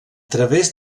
través